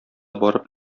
барып